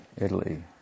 Italy